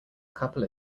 couple